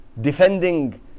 defending